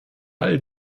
all